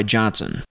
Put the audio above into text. Johnson